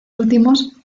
últimos